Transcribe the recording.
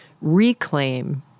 reclaim